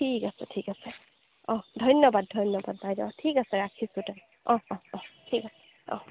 ঠিক আছে ঠিক আছে অঁ ধন্যবাদ ধন্যবাদ বাইদেউ ঠিক আছে ৰাখিছোঁ তেনে অঁ অঁ অঁ